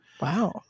wow